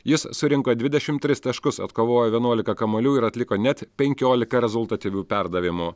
jis surinko dvidešimt tris taškus atkovojo vienuolika kamuolių ir atliko net penkiolika rezultatyvių perdavimų